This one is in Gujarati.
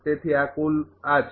તેથી આ કુલ આ છે